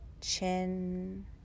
chin